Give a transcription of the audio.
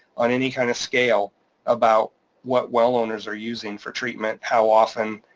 on any kind of scale about what well owners are using for treatment, how often,